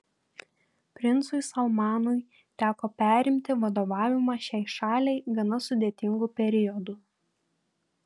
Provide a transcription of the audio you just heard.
princui salmanui teko perimti vadovavimą šiai šaliai gana sudėtingu periodu